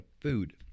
food